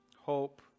hope